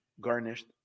Garnished